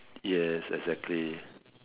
yes exactly